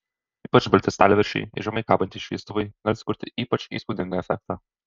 ypač balti stalviršiai ir žemai kabantys šviestuvai gali sukurti ypač įspūdingą efektą